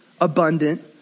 abundant